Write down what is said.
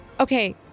Okay